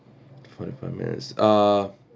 forty five minutes uh